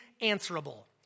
answerable